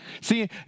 See